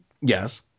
Yes